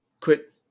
quit